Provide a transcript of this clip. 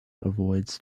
avoids